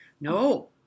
no